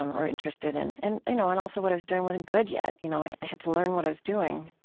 um or interested, and you know and also what i was doing wasn't good yet. you know i had to learn what i was doing.